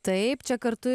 taip čia kartu